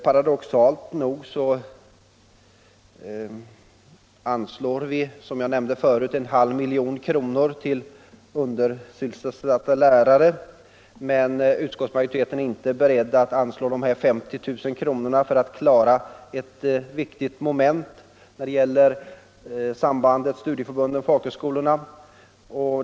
Paradoxalt nog anslår vi, som jag nämnde förut, en halv miljon kronor till undersysselsatta lärare, men utskottsmajoriteten är inte beredd att anslå de här 50 000 kronorna för att klara ett viktigt moment när det gäller samarbetet mellan studieförbunden och folkhögskolorna.